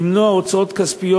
כדי